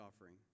offering